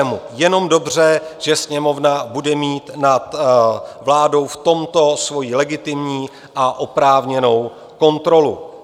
Je jenom dobře, že Sněmovna bude mít nad vládou v tomto svoji legitimní a oprávněnou kontrolu.